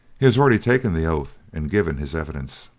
he has already taken the oath and given his evidence.